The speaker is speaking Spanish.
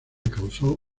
causó